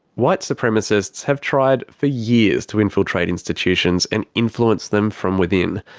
white supremacists have tried for years to infiltrate institutions, and influence them from within.